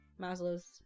Maslow's